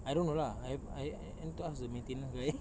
I don't know lah I I I need to ask the maintenance guy